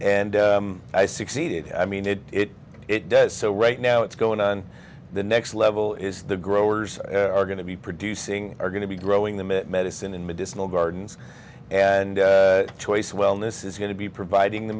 and i succeeded i mean it it it does so right now it's going on the next level is the growers are going to be producing are going to be growing the mit medicine and medicinal gardens and choice wellness is going to be providing the